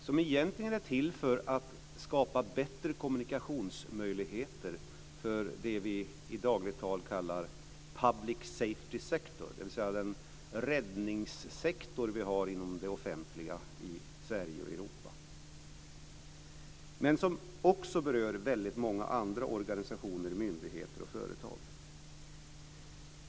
Det är egentligen till för att skapa bättre kommunikationsmöjligheter för det som vi i dagligt tal kallar för public safety sector, dvs. den räddningssektor som vi har inom det offentliga i Sverige och Europa. Men det här berör också väldigt många andra organisationer, myndigheter och företag.